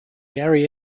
gary